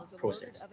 process